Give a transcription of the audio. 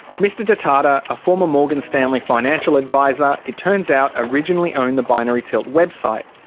mr detata, a former morgan stanley financial adviser, it turns out originally owned the binary tilt website.